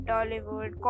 Dollywood